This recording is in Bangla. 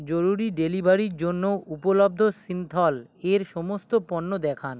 জরুরি ডেলিভারির জন্য উপলব্ধ সিন্থল এর সমস্ত পণ্য দেখান